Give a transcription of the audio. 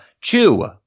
Chew